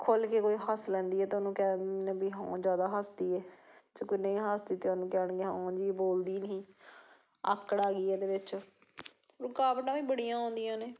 ਖੁੱਲ੍ਹ ਕੇ ਕੋਈ ਹੱਸ ਲੈਂਦੀ ਹੈ ਤਾਂ ਉਹਨੂੰ ਕਹਿ ਦਿੰਦੇ ਨੇ ਵੀ ਹਾਂ ਜ਼ਿਆਦਾ ਹੱਸਦੀ ਹੈ ਜੇ ਕੋਈ ਨਹੀਂ ਹੱਸਦੀ ਅਤੇ ਉਹਨੂੰ ਕਹਿਣਗੇ ਹਾਂ ਜੀ ਬੋਲਦੀ ਨਹੀਂ ਆਕੜ ਆ ਗਈ ਇਹਦੇ ਵਿੱਚ ਰੁਕਾਵਟਾਂ ਵੀ ਬੜੀਆਂ ਆਉਂਦੀਆਂ ਨੇ